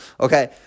Okay